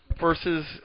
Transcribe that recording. versus